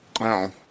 Wow